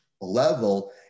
level